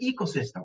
ecosystem